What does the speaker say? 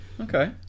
Okay